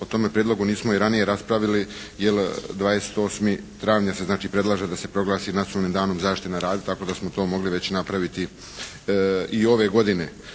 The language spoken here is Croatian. o tome prijedlogu nismo i ranije raspravili jer 28. travnja se znači predlaže da se proglasi Nacionalnim danom zaštite na radu, tako da smo to mogli već napraviti i ove godine.